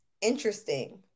interesting